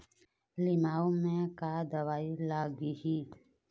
लिमाऊ मे का दवई लागिही?